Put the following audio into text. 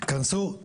כנסו,